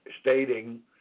stating